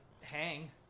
hang